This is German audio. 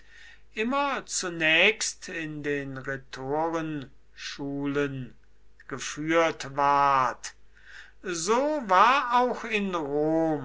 immer zunächst in den rhetorenschulden geführt ward so war auch in rom